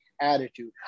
attitude